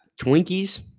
Twinkies